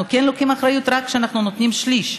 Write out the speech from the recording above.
אנחנו כן לוקחים אחריות רק כשאנחנו נותנים שליש,